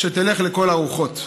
שתלך לכל הרוחות.